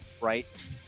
right